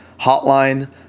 hotline